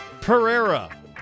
Pereira